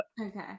okay